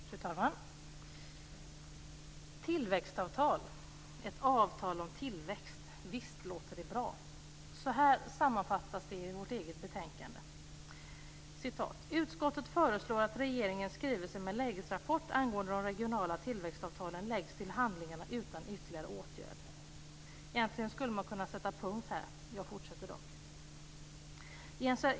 Fru talman! Tillväxtavtal - ett avtal om tillväxt. Visst låter det bra! Så här sammanfattas det i vårt eget betänkande: "Utskottet föreslår att regeringens skrivelse med lägesrapport angående de regionala tillväxtavtalen läggs till handlingarna utan ytterligare åtgärd." Egentligen skulle man kunna sätta punkt här.